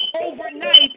overnight